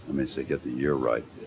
me see get the year right,